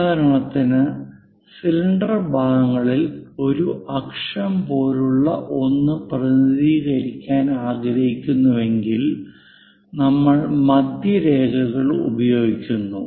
ഉദാഹരണത്തിന് സിലിണ്ടർ ഭാഗങ്ങളിൽ ഒരു അക്ഷം പോലെയുള്ള ഒന്ന് പ്രതിനിധീകരിക്കാൻ ആഗ്രഹിക്കുന്നുവെങ്കിൽ നമ്മൾ മധ്യരേഖകൾ ഉപയോഗിക്കുന്നു